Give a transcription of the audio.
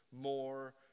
more